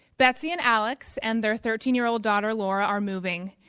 betsy and alex and their thirteen year old daughter laura are moving.